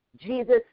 Jesus